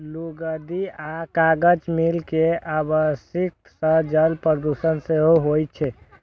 लुगदी आ कागज मिल के अवशिष्ट सं जल प्रदूषण सेहो होइ छै